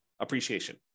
appreciation